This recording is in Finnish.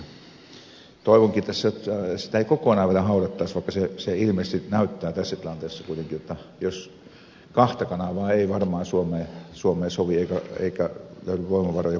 toivonkin tässä nyt että sitä ei kokonaan vielä haudattaisi vaikka ilmeisesti näyttää tässä tilanteessa kuitenkin jotta kahta kanavaa ei varmaan suomeen sovi eikä löydy voimavaroja kuka sen maksaisi